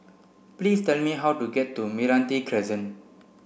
please tell me how to get to Meranti Crescent